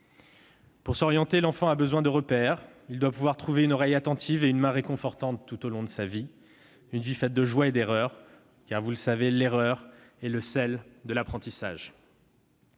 Pour s'orienter, l'enfant a besoin de repères, il doit pouvoir trouver une oreille attentive et une main réconfortante tout au long de sa vie, une vie faite de joies et d'erreurs, car l'erreur est le sel de l'apprentissage.